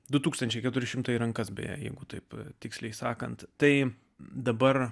du tūkstančiai keturi šimtai į rankas beje jeigu taip tiksliai sakant tai dabar